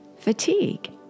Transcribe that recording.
Fatigue